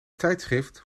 tijdschrift